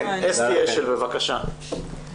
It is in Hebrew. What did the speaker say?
אסתי אשל בבקשה.